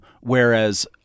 whereas